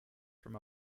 from